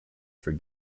for